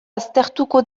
aztertuko